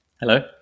Hello